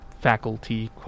faculty